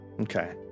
Okay